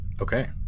Okay